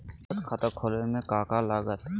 बचत खाता खुला बे में का का लागत?